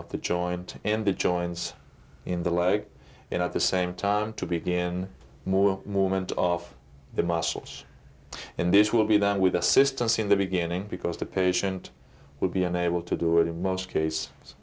of the joint in the joints in the leg and at the same time to begin more movement of the muscles and this will be done with assistance in the beginning because the patient will be unable to do it in most case